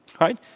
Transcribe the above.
Right